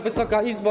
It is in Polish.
Wysoka Izbo!